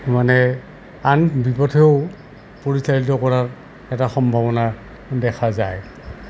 মানে আন বিপথেও পৰিচালিত কৰাৰ এটা সম্ভাৱনা দেখা যায়